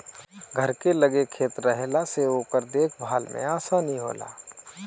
घर के लगे खेत रहला से ओकर देख भाल में आसानी होला